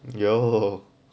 you know